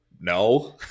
no